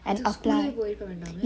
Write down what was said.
and apply